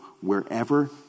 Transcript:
wherever